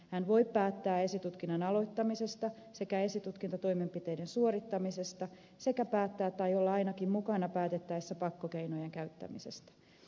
hän voi päättää esitutkinnan aloittamisesta sekä esitutkintatoimenpiteiden suorittamisesta sekä päättää tai olla ainakin mukana päätettäessä pakkokeinojen käyttämisestä